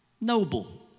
noble